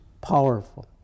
powerful